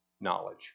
knowledge